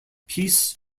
peace